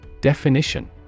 Definition